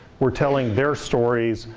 we're telling their stories,